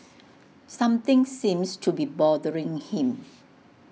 something seems to be bothering him